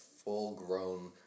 full-grown